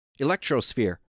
electrosphere